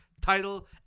Title